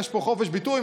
יש פה חופש ביטוי,